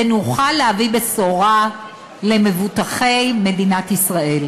ונוכל להביא בשורה למבוטחי מדינת ישראל.